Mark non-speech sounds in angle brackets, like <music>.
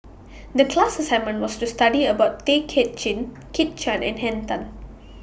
<noise> The class assignment was to study about Tay Kay Chin Kit Chan and Henn Tan